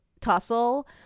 tussle